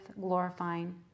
glorifying